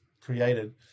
created